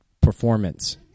performance